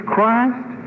Christ